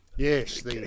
Yes